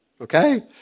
okay